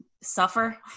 Suffer